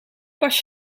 pas